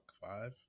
five